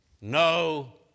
no